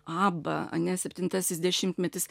abba ane septintasis dešimtmetis